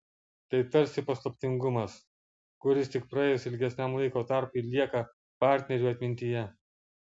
tai tarsi paslaptingumas kuris tik praėjus ilgesniam laiko tarpui lieka partnerių atmintyje